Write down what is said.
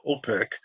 OPEC